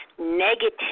negative